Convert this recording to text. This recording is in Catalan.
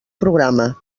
programa